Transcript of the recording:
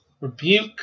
Rebuke